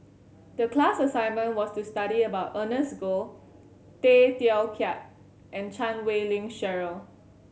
the class assignment was to study about Ernest Goh Tay Teow Kiat and Chan Wei Ling Cheryl